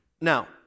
Now